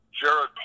Jared